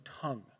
tongue